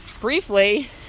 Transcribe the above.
briefly